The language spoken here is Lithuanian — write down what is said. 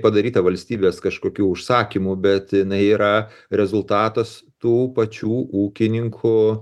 padaryta valstybės kažkokių užsakymų bet jinai yra rezultatas tų pačių ūkininkų